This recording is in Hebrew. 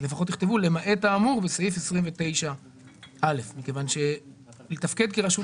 לפחות תכתבו: "למעט האמור בסעיף 29(א)" מכיוון שלתפקד כרשות